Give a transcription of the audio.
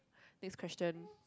next question